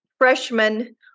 freshman